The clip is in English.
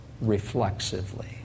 reflexively